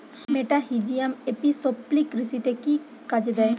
মেটাহিজিয়াম anisopliae কৃষিতে কি কাজে দেয়?